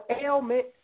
ailment